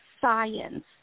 science